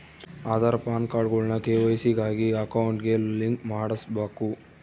ಆದಾರ್, ಪಾನ್ಕಾರ್ಡ್ಗುಳ್ನ ಕೆ.ವೈ.ಸಿ ಗಾಗಿ ಅಕೌಂಟ್ಗೆ ಲಿಂಕ್ ಮಾಡುಸ್ಬಕು